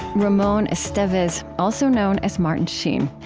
ramon estevez, also known as martin sheen,